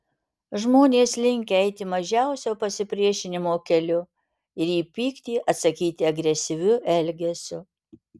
žmonės linkę eiti mažiausio pasipriešinimo keliu ir į pyktį atsakyti agresyviu elgesiu